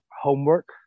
homework